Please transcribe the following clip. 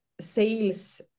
sales